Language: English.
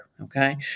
okay